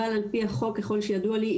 אבל על פי החוק וככל שידוע לי,